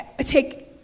take